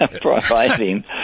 providing